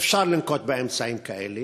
ואפשר לנקוט אמצעים כאלה.